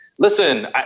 listen